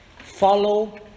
Follow